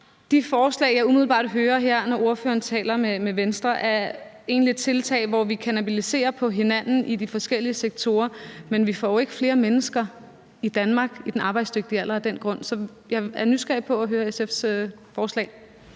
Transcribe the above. de forslag, jeg umiddelbart hører om her, når ordføreren taler med Venstre, er egentlig tiltag, hvor vi kannibaliserer hinanden i de forskellige sektorer, men vi får jo ikke flere mennesker i Danmark i den arbejdsdygtige alder af den grund. Så jeg er nysgerrig på at høre om SF's forslag.